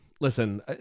Listen